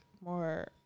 more